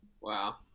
wow